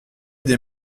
des